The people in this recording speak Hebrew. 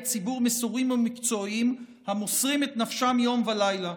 ציבור מסורים ומקצועיים המוסרים את נפשם יום ולילה.